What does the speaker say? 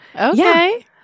Okay